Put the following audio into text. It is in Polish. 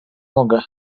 mogę